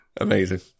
Amazing